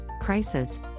crisis